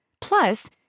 Plus